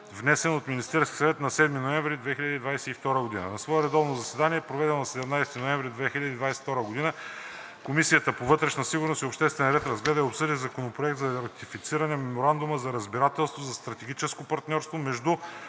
внесен от Министерския съвет на 7 ноември 2022 г. На свое редовно заседание, проведено на 17 ноември 2022 г., Комисията по здравеопазването разгледа и обсъди Законопроект за ратифициране на Меморандума за разбирателство за стратегическо партньорство между